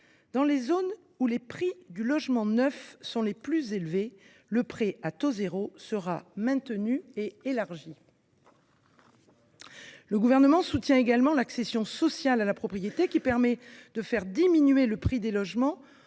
Dans les zones où les prix du logement neuf sont les plus élevés, le prêt à taux zéro sera maintenu et élargi. Le Gouvernement soutient également l’accession sociale à la propriété, qui permet de faire diminuer le prix des logements